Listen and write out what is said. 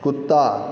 कुत्ता